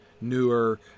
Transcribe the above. newer